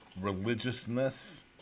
religiousness